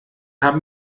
haben